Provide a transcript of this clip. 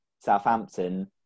Southampton